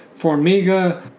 Formiga